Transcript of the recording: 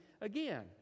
again